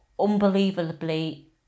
unbelievably